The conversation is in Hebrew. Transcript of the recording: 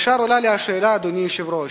ישר עלתה לי שאלה, אדוני היושב-ראש.